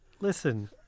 Listen